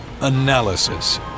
Analysis